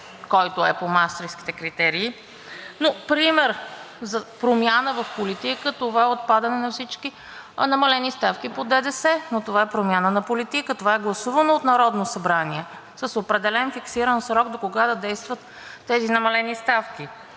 който е по Маастрихтските критерии, но пример за промяна в политика – това е отпадане на всички намалени ставки по ДДС. Това е промяна на политика. Това е гласувано от Народното събрание с определен фиксиран срок докога да действат тези намалени ставки.